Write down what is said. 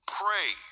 pray